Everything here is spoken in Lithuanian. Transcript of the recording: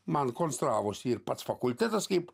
man konstravosi ir pats fakultetas kaip